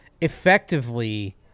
Effectively